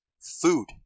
Food